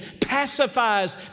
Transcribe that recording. pacifies